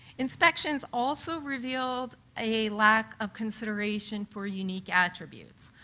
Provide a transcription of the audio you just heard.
inspections also revealed a lack of consideration for unique attributes.